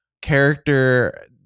character